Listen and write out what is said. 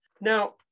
Now